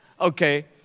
Okay